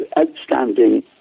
outstanding